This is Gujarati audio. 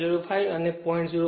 05 છે અને તે 0